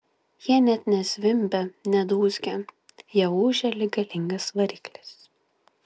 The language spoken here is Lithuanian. jie net ne zvimbia ne dūzgia jie ūžia lyg galingas variklis